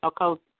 Okay